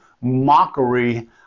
mockery